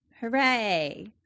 Hooray